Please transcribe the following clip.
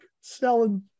Selling